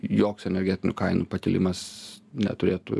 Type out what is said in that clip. joks energetinių kainų pakilimas neturėtų